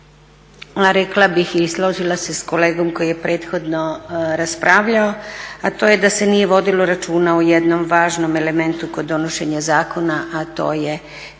a rekla bih i složila se s kolegom koji je prethodno raspravljao, a to je da se nije vodilo računa o jednom važnom elementu kod donošenja zakona, a to je